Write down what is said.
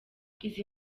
izi